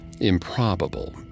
Improbable